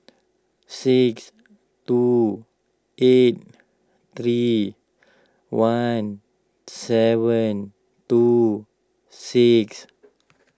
six two eight three one seven two six